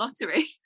lottery